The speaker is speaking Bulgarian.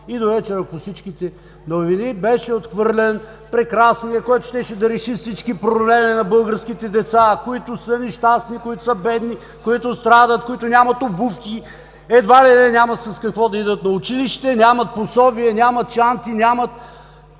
Довечера по всичките новини – че беше отхвърлен прекрасният законопроект, който щеше да реши всички проблеми на българските деца, които са нещастни, които са бедни, които страдат, които нямат обувки и едва ли не нямат с какво да отидат на училище, нямат пособия, нямат чанти, нямат